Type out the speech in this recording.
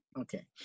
okay